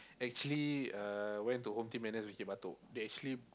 actually uh went to Home Team N_S Bukit-Batok they actually